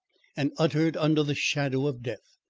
and uttered under the shadow of death.